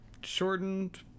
shortened